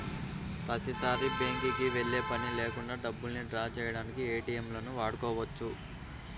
ప్రతిసారీ బ్యేంకుకి వెళ్ళే పని లేకుండా డబ్బుల్ని డ్రా చేయడానికి ఏటీఎంలను వాడుకోవచ్చు